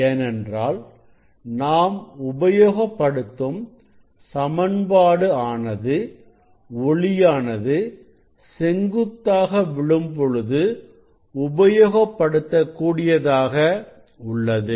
ஏனென்றால் நாம் உபயோகப்படுத்தும் சமன்பாடு ஆனது ஒளியானது செங்குத்தாக விழும் பொழுது உபயோகப்படுத்த கூடியதாக உள்ளது